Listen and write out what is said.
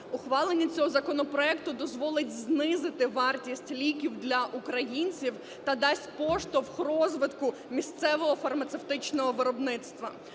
Ухвалення цього законопроекту дозволить знизити вартість ліків для українців та дасть поштовх розвитку місцевого фармацевтичного виробництва.